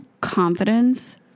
Confidence